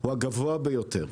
הוא הגבוה ביותר.